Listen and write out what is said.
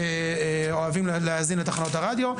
שאוהבים להאזין לתחנות הרדיו.